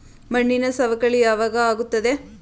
ಮಣ್ಣಿನ ಸವಕಳಿ ಯಾವಾಗ ಆಗುತ್ತದೆ?